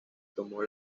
tomó